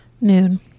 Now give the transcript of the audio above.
Noon